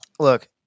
Look